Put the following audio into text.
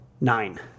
Nine